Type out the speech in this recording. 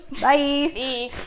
Bye